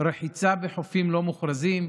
רחיצה בחופים לא מוכרזים,